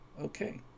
Okay